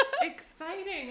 exciting